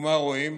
ומה רואים?